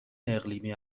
اقلیمی